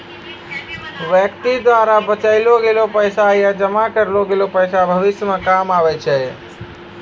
व्यक्ति द्वारा बचैलो गेलो पैसा या जमा करलो गेलो पैसा भविष्य मे काम आबै छै